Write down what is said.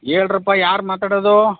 ಹೇಳ್ರಪ್ಪಾ ಯಾರು ಮಾತಾಡೋದು